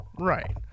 Right